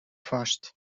vast